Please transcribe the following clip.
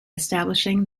establishing